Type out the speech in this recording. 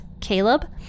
Caleb